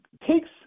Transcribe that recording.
takes